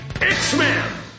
X-Men